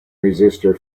resistor